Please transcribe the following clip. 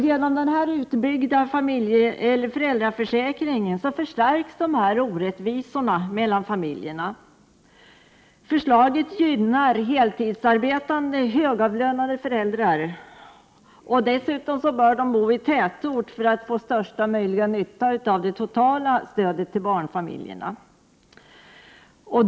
Genom den utbyggda föräldraförsäkringen förstärks orättvisorna mellan familjerna. Förslaget gynnar heltidsarbetande, högavlönade föräldrar. De bör dessutom bo i tätort för att kunna få största möjliga nytta av det totala stödet till barnfamiljerna.